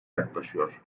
yaklaşıyor